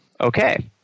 Okay